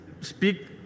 speak